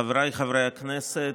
חבריי חברי הכנסת,